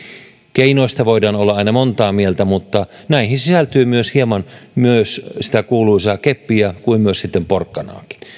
keinoista voidaan olla aina montaa mieltä mutta näihin sisältyy myös hieman sitä kuuluisaa keppiä niin kuin myös sitten porkkanaakin